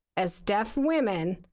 as deaf women,